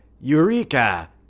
eureka